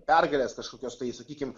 pergales kažkokias tai sakykim